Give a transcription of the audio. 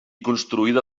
construïda